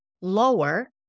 lower